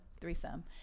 threesome